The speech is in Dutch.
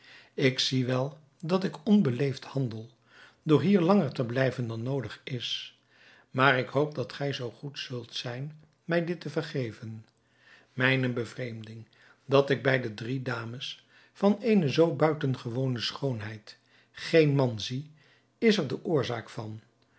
ik zie wel dat ik onbeleefd handel door hier langer te blijven dan noodig is maar ik hoop dat gij zoo goed zult zijn mij dit te vergeven mijne bevreemding dat ik bij de drie dames van eene zoo buitengewone schoonheid geen man zie is er de oorzaak van